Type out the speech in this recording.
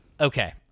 okay